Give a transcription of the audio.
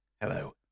Hello